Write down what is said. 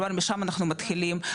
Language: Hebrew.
כלומר משם אנחנו מתחילים,